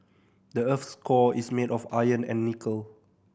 the earth's core is made of iron and nickel